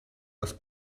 was